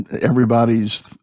everybody's